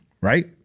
right